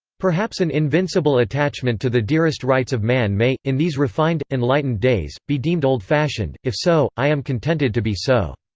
perhaps an invincible attachment to the dearest rights of man may, in these refined, enlightened days, be deemed old-fashioned if so, i am contented to be so.